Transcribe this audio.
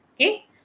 Okay